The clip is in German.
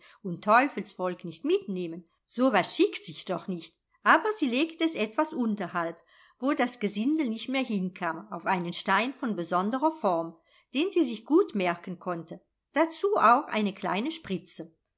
und teufelsvolk nicht mitnehmen so was schickt sich doch nicht aber sie legte es etwas unterhalb wo das gesindel nicht mehr hinkam auf einen stein von besonderer form den sie sich gut merken konnte dazu auch eine kleine